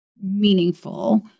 meaningful